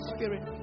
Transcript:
Spirit